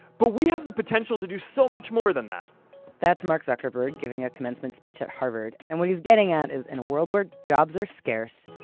but we have the potential to do so much more than that that's mark zuckerberg giving a commencement speech at harvard. and what he's getting at is, in a world where jobs are scarce,